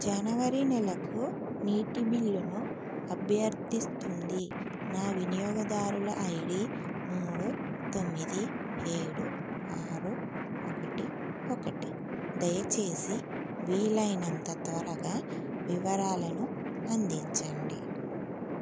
జనవరి నెలకు నీటి బిల్లును అభ్యర్థిస్తుంది నా వినియోగదారుల ఐడి మూడు తొమ్మిది ఏడు ఆరు ఒకటి ఒకటి దయచేసి వీలైనంత త్వరగా వివరాలను అందించండి